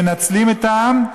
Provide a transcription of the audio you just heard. מנצלים את העם,